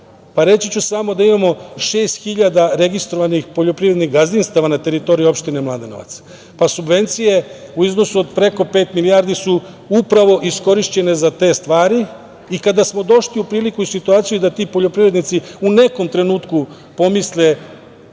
Reći ću samo da imamo 6.000 registrovanih poljoprivrednih gazdinstava na teritoriji opštine Mladenovac. Subvencije u iznosu od preko 5 milijardi su upravo iskorišćene za te stvari. Kada smo došli u priliku i situaciju da ti poljoprivrednici u nekom trenutku pomisle